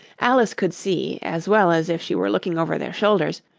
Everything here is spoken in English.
alice could see, as well as if she were looking over their shoulders,